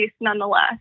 nonetheless